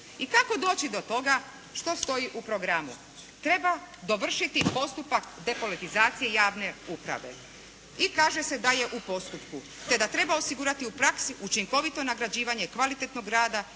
I kako doći do toga što stoji u programu? Treba dovršiti postupak depolitizacije javne uprave. I kaže se da je u postupku, te da treba osigurati u praksi učinkovito nagrađivanje kvalitetnog rada